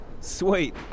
Sweet